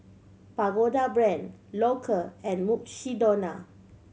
Pagoda Brand Loacker and Mukshidonna